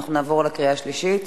אנחנו נעבור לקריאה השלישית.